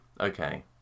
Okay